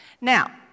Now